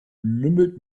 lümmelt